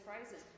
phrases